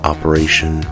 Operation